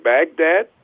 Baghdad